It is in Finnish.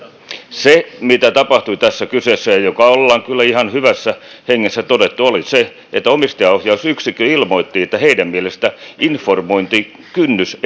se mitä tapahtui tässä kyseisessä tapauksessa mikä ollaan kyllä ihan hyvässä hengessä todettu oli se että omistajaohjausyksikkö ilmoitti että heidän mielestään informointikynnys